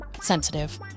sensitive